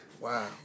Wow